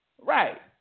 Right